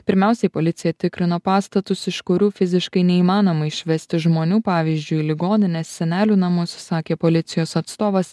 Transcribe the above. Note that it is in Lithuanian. pirmiausiai policija tikrino pastatus iš kurių fiziškai neįmanoma išvesti žmonių pavyzdžiui ligonines senelių namus sakė policijos atstovas